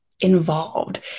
involved